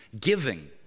Giving